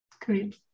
Great